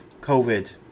Covid